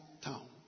town